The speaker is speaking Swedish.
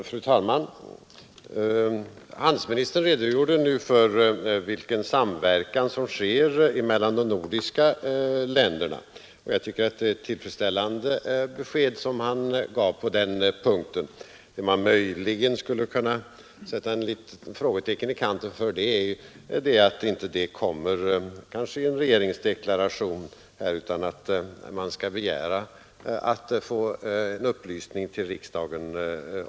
Fru talman! Handelsministern redogjorde nu för vilken samverkan som sker mellan de nordiska länderna, och jag tycker att det var ett tillfredsställande besked han gav på den punkten. Det man skulle kunna sätta ett litet frågetecken i kanten för är att sådana upplysningar inte har getts i regeringsdeklarationen utan att det var nödvändigt att be om ett klarläggande här i riksdagen.